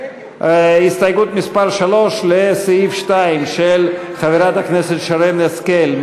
הסתייגות מס' 3 לסעיף 2 של חברת הכנסת שרן השכל,